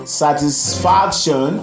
satisfaction